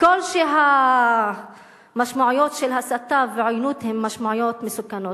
ככל שהמשמעויות של הסתה ועוינות הן משמעויות מסוכנות,